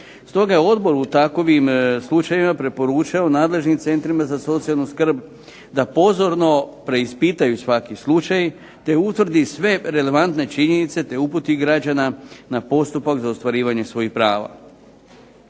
Stoga je Odbor u takovim slučajevima preporučao nadležnim centrima za socijalnu skrb da pozorno preispitaju svaki slučaj, te utvrdi sve relevantne činjenice, te uputi građana na postupak za ostvarivanje svojih prava.